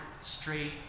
straight